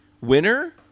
winner